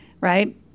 right